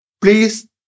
Please